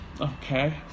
Okay